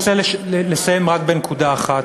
רוצה לסיים רק בנקודה אחת,